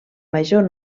major